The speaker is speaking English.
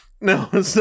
No